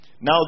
Now